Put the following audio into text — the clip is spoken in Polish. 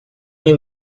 nie